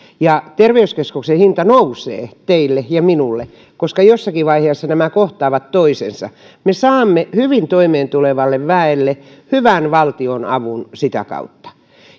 ja terveyskeskuksen hinta nousee teille ja minulle koska jossakin vaiheessa nämä kohtaavat toisensa me saamme hyvin toimeentulevalle väelle hyvän valtionavun sitä kautta